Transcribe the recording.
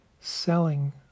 selling